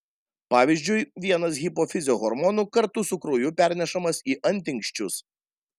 pavyzdžiui vienas hipofizio hormonų kartu su krauju pernešamas į antinksčius